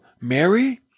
Mary